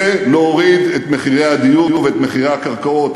להוריד את מחירי הדיור ואת מחירי הקרקעות.